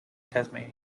tasmania